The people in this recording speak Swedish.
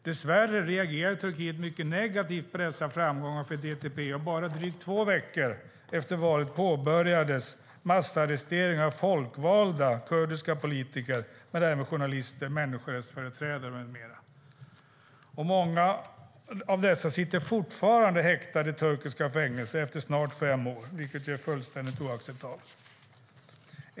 Dess värre reagerade Turkiet mycket negativt på dessa framgångar för DTP, och bara drygt två veckor efter valet påbörjades massarresteringar av folkvalda kurdiska politiker och även av journalister, människorättsföreträdare med flera. Många av dessa sitter fortfarande häktade i turkiska fängelser efter snart fem år, vilket är fullständigt oacceptabelt.